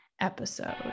episode